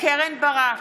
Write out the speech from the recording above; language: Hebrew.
קרן ברק,